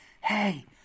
hey